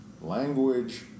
Language